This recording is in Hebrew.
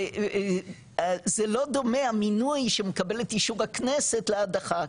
זה לא דומה המינוי שמקבלת אישור הכנסת להדחה,